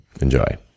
Enjoy